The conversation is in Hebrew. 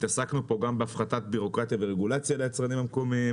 התעסקנו פה גם בהפחתת בירוקרטיה ורגולציה ליצרנים המקומיים.